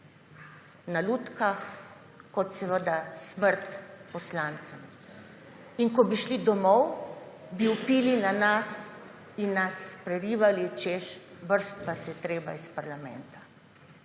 na lutkah kot smrt poslancem. In ko bi šli domov, bi vpili na nas in nas prerivali, češ, vreči vas je treba iz parlamenta.